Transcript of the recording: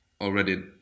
already